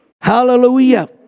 Hallelujah